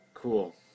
Cool